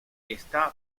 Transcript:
está